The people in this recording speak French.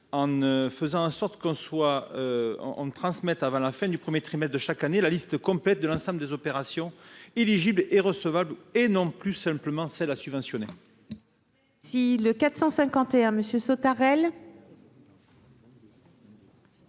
en faisant en sorte qu'on soit en en transmettre avant la fin du 1er trimestre chaque année la liste complète de l'ensemble des opérations éligibles est recevable et non plus simplement, c'est la subventionner. Si le 451 monsieur Sautarel.